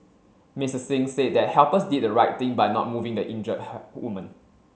Mister Singh said that helpers did the right thing by not moving the injured woman